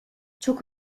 çok